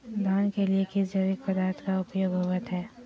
धान के लिए किस जैविक पदार्थ का उपयोग होवत है?